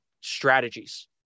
strategies